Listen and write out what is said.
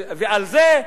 ועל זה,